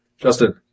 Justin